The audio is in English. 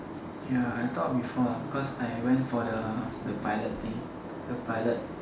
ya I thought before lah cause I went for the the pilot thing the pilot